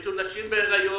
יש נשים בהיריון,